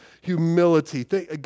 humility